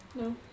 No